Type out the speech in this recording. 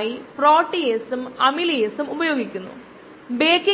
പ്രസക്തമായവയെല്ലാം ഉപയോഗിക്കുന്നതാണ് നല്ലത്